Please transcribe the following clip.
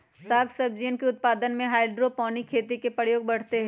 साग सब्जियन के उत्पादन में हाइड्रोपोनिक खेती के प्रयोग बढ़ते हई